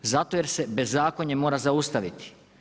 Zato jer se bezakonje mora zaustaviti.